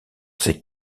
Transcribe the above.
ses